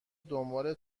دنبال